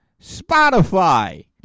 Spotify